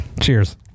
Cheers